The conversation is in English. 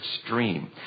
extreme